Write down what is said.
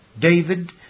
David